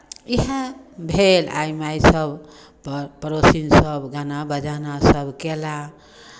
इएह भेल आय मायसभ प पड़ोसिन सभ गाना बजाना सभ कयला